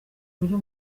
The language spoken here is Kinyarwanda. buryo